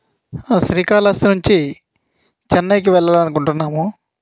శ్రీకాళాస్తి నుంచి చెన్నైకి వెళ్ళాలని అనుకుంటున్నాము